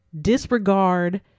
disregard